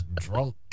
drunk